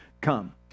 come